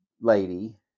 lady